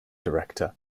director